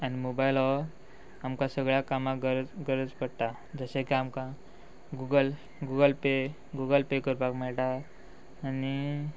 आनी मोबायल हो आमकां सगळ्या कामाक गरज गरज पडटा जशे की आमकां Google Google pay Google pay करपाक मेळटा आनी